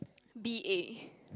B_A